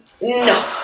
No